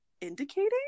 indicating